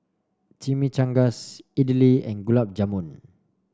Chimichangas Idili and Gulab Jamun